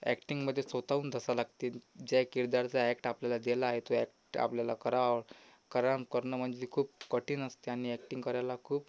ॲक्टिंगमध्ये स्वत हून धसा लागते ज्या किरदारचा ॲक्ट आपल्या दिला आहे तो ॲक्ट आपल्याला करावं करा कारण म्हणजे खूप कठीण असते आणि ॲक्टिंग करायला खूप